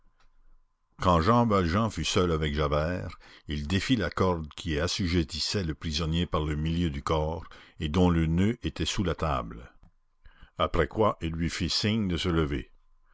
quand jean valjean fut seul avec javert il défit la corde qui assujettissait le prisonnier par le milieu du corps et dont le noeud était sous la table après quoi il lui fit signe de se lever